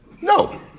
no